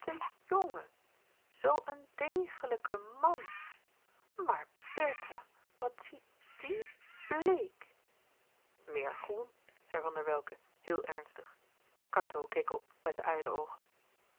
zoo een degelijke m a n maar bertha wat ziet die bléek meer groen zei van der welcke heel ernstig cateau keek op met de uilenoogen groen